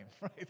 right